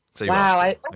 Wow